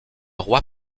roi